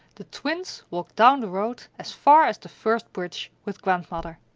the twins walked down the road as far as the first bridge with grandmother.